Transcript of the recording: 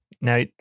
Now